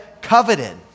coveted